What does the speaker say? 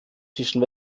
zwischen